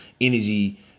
energy